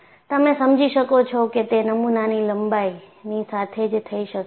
તમે સમજી શકો છો કે તે નમૂનાની લંબાઈની સાથે જ થઈ શકે છે